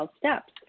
steps